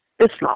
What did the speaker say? Islam